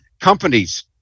companies